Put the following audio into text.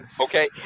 Okay